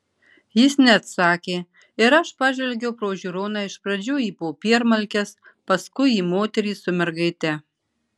jis neatsakė ir aš pažvelgiau pro žiūroną iš pradžių į popiermalkes paskui į moterį su mergaite